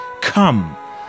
Come